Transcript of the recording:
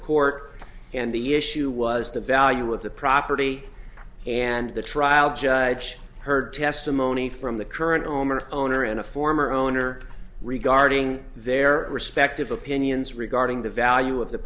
court and the issue was the value of the property and the trial judge heard testimony from the current owner owner and a former owner regarding their respective opinions regarding the value of the